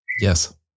Yes